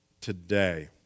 today